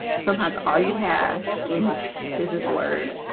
sometimes all you had in his is this word